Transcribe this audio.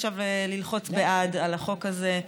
ללחוץ "בעד" על החוק הזה.